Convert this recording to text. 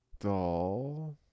doll